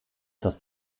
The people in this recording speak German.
das